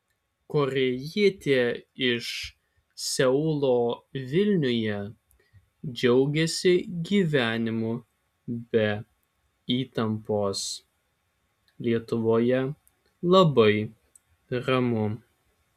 korėjietė iš seulo vilniuje džiaugiasi gyvenimu be įtampos lietuvoje labai ramu